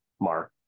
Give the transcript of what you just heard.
Mark